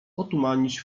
otumanić